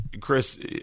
Chris